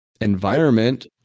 environment